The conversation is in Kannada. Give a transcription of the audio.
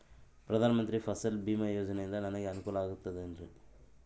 ಪ್ರಧಾನ ಮಂತ್ರಿ ಫಸಲ್ ಭೇಮಾ ಯೋಜನೆಯಿಂದ ನನಗೆ ಅನುಕೂಲ ಆಗುತ್ತದೆ ಎನ್ರಿ?